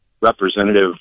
representative